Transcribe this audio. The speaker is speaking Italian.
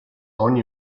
ogni